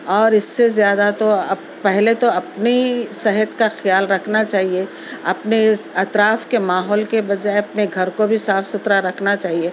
اور اس سے زیادہ تو اپ پہلے تو اپنی صحت کا خیال رکھنا چاہیے اپنے اس اطراف کے ماحول کے بجائے اپنے گھر کو بھی صاف ستھرا رکھنا چاہیے